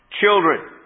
children